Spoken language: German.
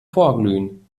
vorglühen